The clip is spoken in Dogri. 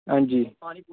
अंजी